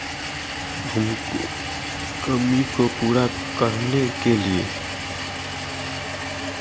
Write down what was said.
हमको कमी को पूरा करने के लिए